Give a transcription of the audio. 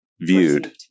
viewed